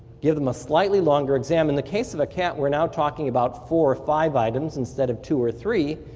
give them a slightly longer exam, in the case of a cat, we're now talking about four or five items instead of two or three,